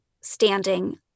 standing